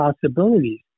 possibilities